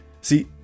see